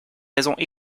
raisons